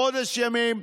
חודש ימים,